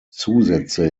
zusätze